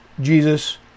Jesus